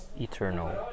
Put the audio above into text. eternal